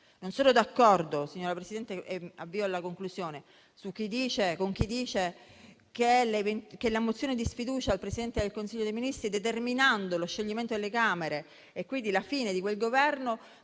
Non sono d'accordo - mi avvio alla conclusione, signora Presidente - con chi dice che la mozione di sfiducia al Presidente del Consiglio dei ministri, determinando lo scioglimento delle Camere e quindi la fine di quel Governo,